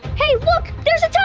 hey look there's a tunnel!